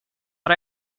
but